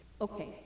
okay